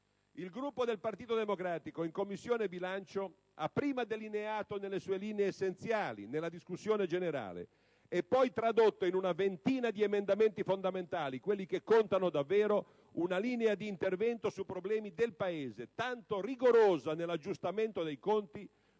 Il Gruppo del Partito Democratico in Commissione bilancio ha prima delineato nelle sue linee essenziali, nella discussione generale, e poi tradotto in una ventina di emendamenti fondamentali - quelli che contano davvero - una linea di intervento sui problemi del Paese tanto rigorosa nell'aggiustamento dei conti